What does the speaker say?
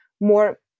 more